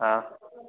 ꯑꯥ